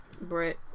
Brett